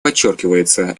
подчеркивается